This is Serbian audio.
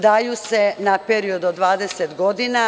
Daju se na period od 20 godina.